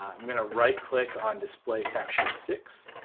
i'm gonna right click on display capture six,